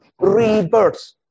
rebirth